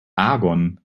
argon